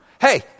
Hey